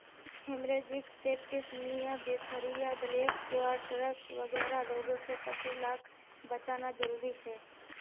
haemorrhagic septicaemia, बीसहरिया, black quarters वगैरह रोगों से पशु लाक बचाना ज़रूरी छे